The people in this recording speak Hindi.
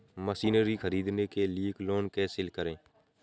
मशीनरी ख़रीदने के लिए लोन कैसे करें?